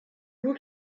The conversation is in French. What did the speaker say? vous